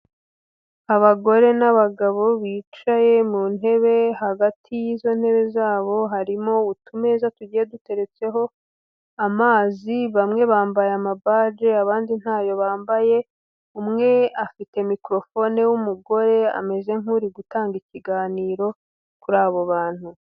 Abagore n'abagabo bicaye mu ntebe, hagati y'izo ntebe zabo harimo utumeza tugiye duteretseho amazi, bamwe bambaye amabaje abandi ntayo bambaye, umwe afite microhone w'umugore ameze nk'uri gutanga ikiganiro kuri abo bantu.